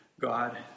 God